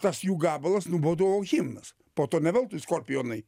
tas jų gabalas nu būdavo himnas po to ne veltui skorpionai